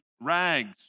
rags